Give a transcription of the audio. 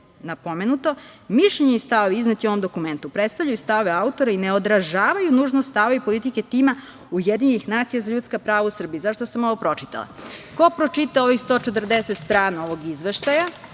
napomenuto - mišljenje i stavovi izneti u ovom dokumentu predstavljaju stavove autora i ne odražavaju nužno stavove i politiku tima UN za ljudska prava u Srbiji.Zašto sam ovo pročitala? Ko pročita 140 strana ovog izveštaja